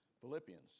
Philippians